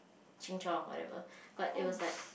ching-chong whatever but it was like